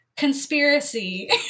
Conspiracy